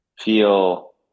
feel